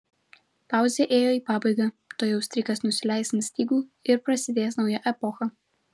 pauzė ėjo į pabaigą tuojau strykas nusileis ant stygų ir prasidės nauja epocha